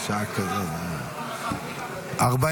הסתייגות 20 ב' הצבעה.